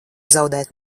zaudēt